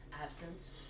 absence